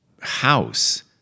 house